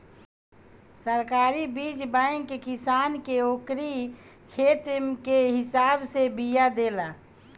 सरकारी बीज बैंक किसान के ओकरी खेत के हिसाब से बिया देला